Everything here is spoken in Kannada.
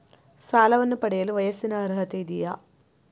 ಸಾಲವನ್ನು ಪಡೆಯಲು ವಯಸ್ಸಿನ ಅರ್ಹತೆ ಇದೆಯಾ?